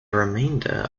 remainder